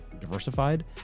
diversified